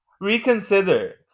reconsider